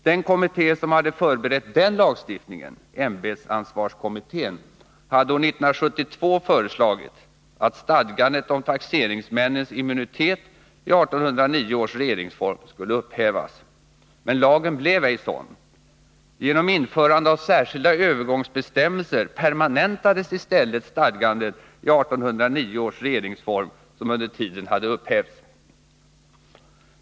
Den kommitté som hade förberett den lagstiftningen hade år 1972 föreslagit att stadgandet om taxeringsmännens immunitet i 1809 års regeringsform skulle upphävas. Men lagen blev ej sådan. Genom införande av särskilda övergångsbestämmelser permanentades i stället stadgandet i 1809 års regeringsform, som under tiden hade upphävts.